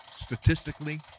Statistically